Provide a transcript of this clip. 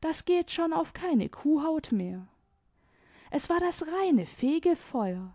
das geht schon auf keine kuhhaut mehr s war das reine fegefeuer